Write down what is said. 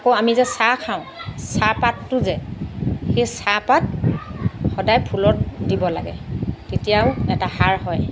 আকৌ আমি যে চাহ খাওঁ চাহপাতটো যে সেই চাহপাত সদায় ফুলত দিব লাগে তেতিয়াও এটা সাৰ হয়